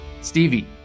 Stevie